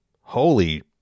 holy